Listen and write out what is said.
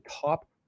top